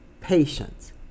patience